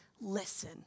listen